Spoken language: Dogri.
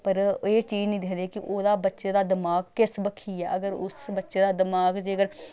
पर एह् चीज़ निं दिखदे कि ओह्दा बच्चे दा दमाग किस बक्खी ऐ अगर उस बच्चे दा दमाग जे अगर